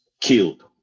killed